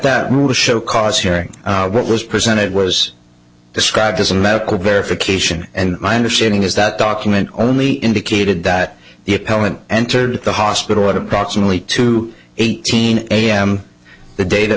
that to show cause hearing what was presented was described as a medical verification and my understanding is that document only indicated that the appellant entered the hospital at approximately two eighteen am the da